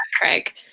Craig